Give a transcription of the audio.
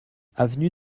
avenue